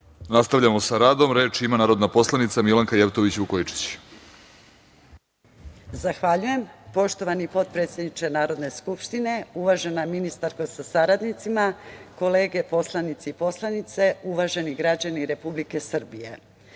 Nastavljamo sa radom. Reč ima narodna poslanica Milanka Jevtović Vukojičić. **Milanka Jevtović Vukojičić** Zahvaljujem. Poštovani potpredsedniče Narodne skupštine, uvažena ministarko sa saradnicima, kolege poslanici i poslanice, uvaženi građani Republike Srbije,